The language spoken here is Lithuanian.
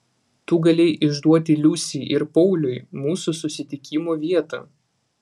tu galėjai išduoti liusei ir pauliui mūsų susitikimo vietą